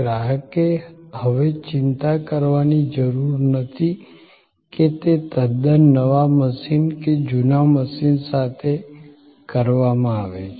ગ્રાહકે હવે ચિંતા કરવાની જરૂર નથી કે તે તદ્દન નવા મશીન કે જુના મશીન સાથે કરવામાં આવે છે